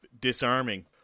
disarming